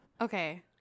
okay